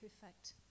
perfect